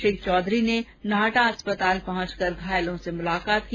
श्री कैलाश चौधरी ने नाहटा अस्पताल में पहुंचकर घायलों से मुलाकात की